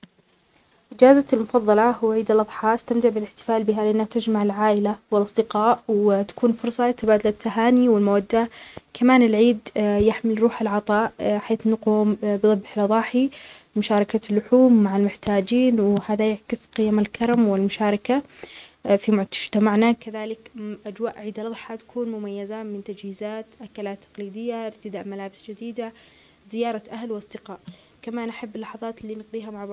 أجازتى المفظلة هو عيد الأضحى، أستمتع بالإحتفال بها لأنها تجمع العائلة والأصدقاء وتكون فرصة لتبادل التهانى والمودة، كمان العيد يحمل روح العطاء حيث نقوم بذبح الأضاحى ومشاركة اللحوم مع المحتاجين و هذا يعكس قيم الكرم والمشاركة مجتمعنا، كذلك أجواء عيد الأضحى تكون مميزة من تجهيزات، أكلات تقليدية، إرتداء ملابس جديدة، زيارة أخل وأصدقاء، كما أنا أحب اللحظات اللى نقظيها مع بعض.